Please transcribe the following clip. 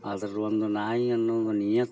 ಅದ್ರದ್ದು ಒಂದು ನಾಯಿ ಅನ್ನೋದು ನೀಯತ್ತು